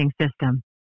system